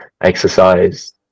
exercise